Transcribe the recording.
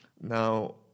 Now